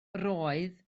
roedd